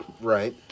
Right